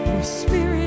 spirit